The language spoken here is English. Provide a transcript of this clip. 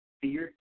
fear